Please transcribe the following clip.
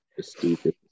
stupid